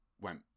went